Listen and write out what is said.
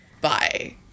Bye